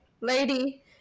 lady